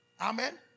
Amen